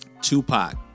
Tupac